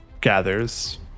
gathers